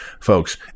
folks